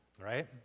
Right